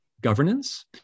governance